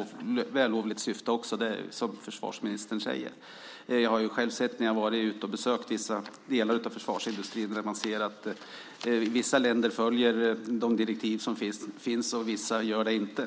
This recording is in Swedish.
också i vällovligt syfte. Det är som försvarsministern säger. Jag har själv varit ute och besökt vissa delar av försvarsindustrin. Där ser man att vissa länder följer de direktiv som finns och att vissa inte gör det.